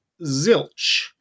zilch